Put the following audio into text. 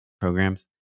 programs